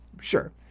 Sure